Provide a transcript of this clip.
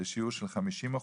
לשיעור של 50%